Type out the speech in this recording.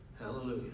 Hallelujah